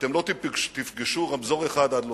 אתם לא תפגשו רמזור אחד עד לוס-אנג'לס,